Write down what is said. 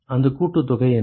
அந்த கூட்டுத்தொகை என்ன